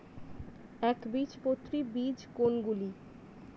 একবীজপত্রী বীজ কোন গুলি?